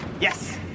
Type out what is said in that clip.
Yes